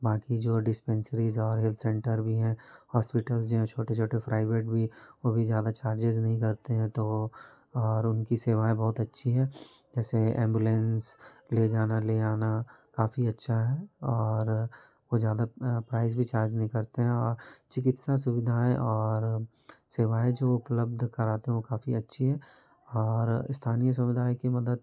बाकी जो डिसपेंसरीज़ और हेल्थ सेंटर भी हैं हॉस्पिटल्ज़ जो हैं छोटे छोटे प्राइवेट भी वो भी ज़्यादा चार्जेज़ नहीं करते हैं तो और उनकी सेवाएँ बहुत अच्छी हैं जैसे एम्बुलेंस ले जाना ले आना काफ़ी अच्छा है और कोई ज़्यादा प्राइज़ भी चार्ज नहीं करते हैं और चिकित्सा सुविधाएँ और सेवाएँ जो उपलब्ध कराते हैं वो काफ़ी अच्छी हैं और स्थानीय सुविधाएं उनकी मदद